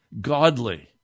godly